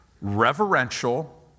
reverential